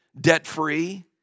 debt-free